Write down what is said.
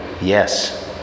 yes